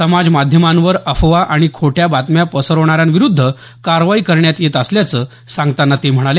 समाज माध्यमांवर अफवा आणि खोट्या बातम्या पसरवणाऱ्याविरूद्ध कारवाई करण्यात येत असल्याचं सांगताना ते म्हणाले